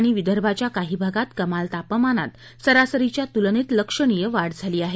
मराठवाडा आणि विदर्भाच्या काही भागात कमाल तापमानात सरासरीच्या तुलनेत लक्षणीय वाढ झाली आहे